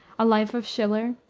a life of schiller,